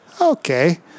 okay